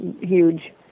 huge